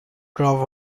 drove